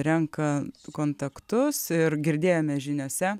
renka kontaktus ir girdėjome žiniose